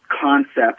concept